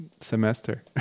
semester